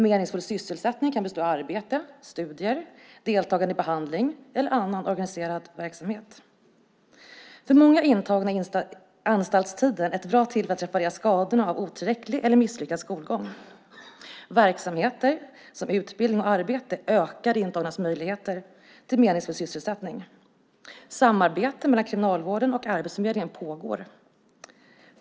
Meningsfull sysselsättning kan bestå av arbete, studier, deltagande i behandling eller annan organiserad verksamhet. För många intagna är anstaltstiden ett bra tillfälle att reparera skadorna av otillräcklig eller misslyckad skolgång. Verksamheter som utbildning och arbete ökar de intagnas möjligheter till meningsfull sysselsättning. Samarbete mellan Kriminalvården och Arbetsförmedlingen pågår.